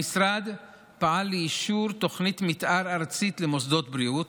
המשרד פעל לאישור תוכנית מתאר ארצית למוסדות בריאות,